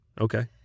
Okay